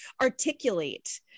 articulate